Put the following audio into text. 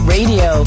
Radio